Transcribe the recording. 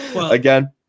again